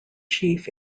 chief